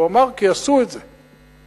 הוא אמר: כי עשו את זה.